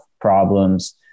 problems